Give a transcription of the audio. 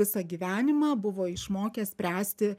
visą gyvenimą buvo išmokęs spręsti